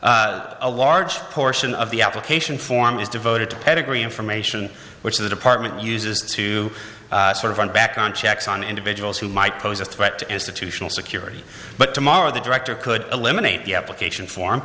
all a large portion of the application form is devoted to pedigree information which the department uses to sort of run back on checks on individuals who might pose a threat to institutional security but tomorrow the director could eliminate the application form